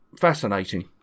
fascinating